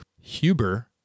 Huber